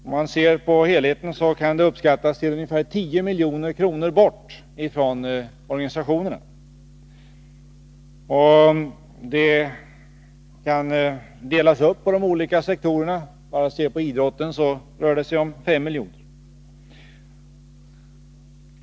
Om man ser på helheten kan effekten uppskattas till ungefär 10 milj.kr., som försvinner bort från organisationerna. Det kan delas upp på de olika sektorerna. För idrotten rör det sig om 5 miljoner.